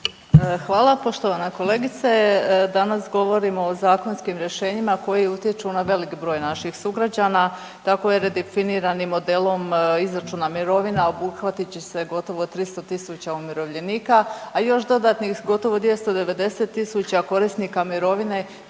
Hvala. Poštovana kolegice, danas govorimo o zakonskim rješenjima koji utječu na velik broj naših sugrađana tako je redefiniranim modelom izračuna mirovina obuhvatit će se gotovo 300.000 umirovljenika, a još dodatnih gotovo 290.000 korisnika mirovine